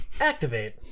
activate